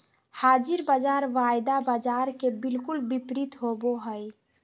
हाज़िर बाज़ार वायदा बाजार के बिलकुल विपरीत होबो हइ